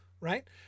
right